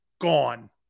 gone